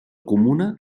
comuna